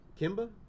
Kimba